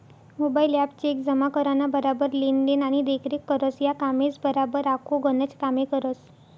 mobile app check जमा कराना बराबर लेन देन आणि देखरेख करस, या कामेसबराबर आखो गनच कामे करस